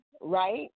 right